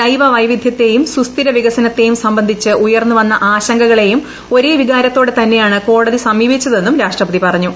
ജൈവവൈവിധൃത്തെയും സുസ്ഥിര വികസനത്തേയും സംബന്ധിച്ച് ഉയർന്നുവന്ന ആശങ്കകളേയും ഒരേ വികാര ത്തോടെ തന്നെയാണ് കോടതി സമീപിച്ചതെന്നും രാഷ്ട്രപതി പറഞ്ഞു